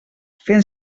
fent